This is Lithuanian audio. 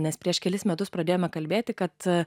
nes prieš kelis metus pradėjome kalbėti kad